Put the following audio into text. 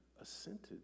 assented